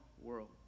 world